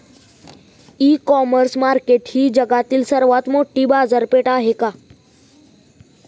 इ commerce market ही जगातील सर्वात मोठी बाजारपेठ आहे का?